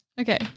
Okay